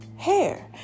hair